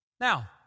Now